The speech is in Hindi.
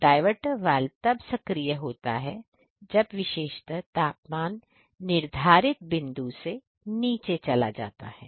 डायवर्टर वाल्व तब सक्रिय होता है जब विशेषता तापमान निर्धारित बिंदु से नीचे चला जाता है